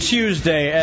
Tuesday